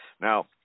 Now